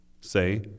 Say